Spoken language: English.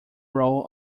role